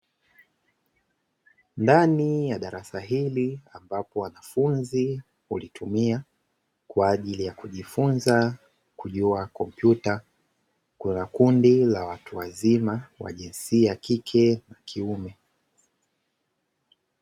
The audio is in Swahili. Ndani ya darasa hili ambapo wanafunzi hulitumia kwa ajili ya kujifunza kujua kompyuta, kuna kundi la watu wazima wa jinsia ya kike na kiume.